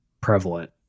prevalent